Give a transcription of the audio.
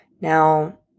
Now